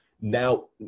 now